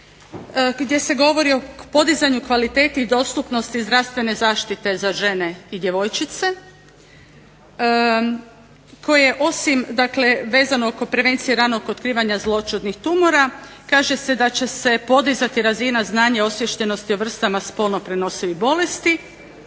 gdje se govori o podizanju kvalitete i dostupnosti zdravstvene zaštite za žene i djevojčice koje osim, dakle vezano oko prevencije ranog otkrivanja zloćudnih tumora kaže se da će se podizati razina znanja i osviještenosti o vrstama spolno prenosivih bolesti,